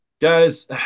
guys